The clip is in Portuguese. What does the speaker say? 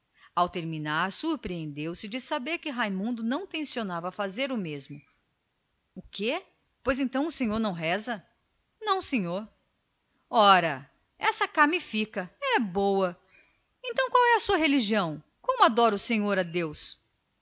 ao terminar surpreendeu se por saber que raimundo não tencionava fazer o mesmo o quê pois então o senhor não reza não vamos ora essa cá me fica então qual é a sua religião como adora o senhor a deus